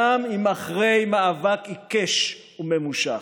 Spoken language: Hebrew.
גם אם אחרי מאבק עיקש וממושך.